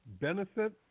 benefit